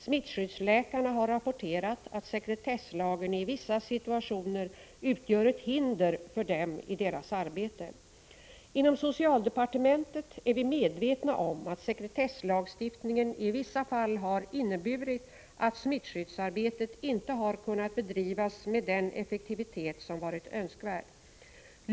Smittskyddsläkarna har rapporterat att sekretesslagen i vissa situationer utgör ett hinder för dem i deras arbete. Inom socialdepartementet är vi medvetna om att sekretesslagstiftningen i vissa fall har inneburit att smittskyddsarbetet inte har kunnat bedrivas med den effektivitet som varit önskvärd.